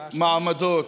מעמדות,